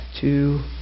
two